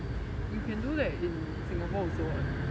you can do that in singapore also [what]